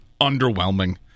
underwhelming